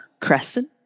crescent